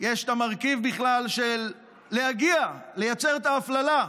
יש המרכיב להגיע, לייצר את ההפללה.